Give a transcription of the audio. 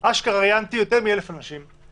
אני אשכרה ראיינתי יותר מ-1,000 אנשים,